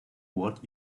what